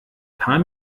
paar